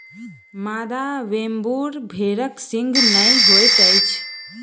मादा वेम्बूर भेड़क सींघ नै होइत अछि